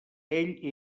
ell